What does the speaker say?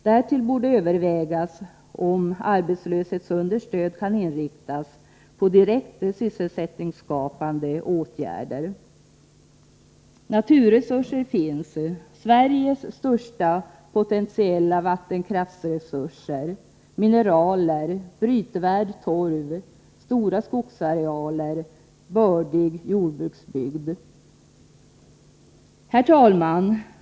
Därtill borde övervägas om arbetslöshetsunderstöd kan inriktas på direkt sysselsättningsskapande åtgärder. Naturresurser finns: Sveriges största potentiella vattenkraftsresurser, mineraler, brytvärd torv, stora skogsarealer och bördig jordbruksbygd. Herr talman!